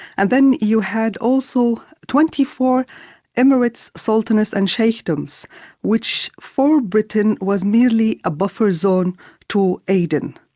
and then you had also twenty four emirates, sultanates and sheikhdoms which for britain was nearly a buffer zone to aden.